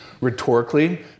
rhetorically